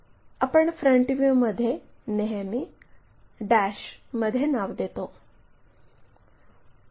आपण फ्रंट व्ह्यूमध्ये नेहमी मध्ये नाव देतो